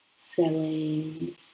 selling